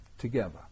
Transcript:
Together